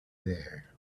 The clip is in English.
there